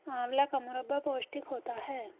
आंवला का मुरब्बा पौष्टिक होता है